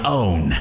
own